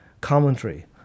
commentary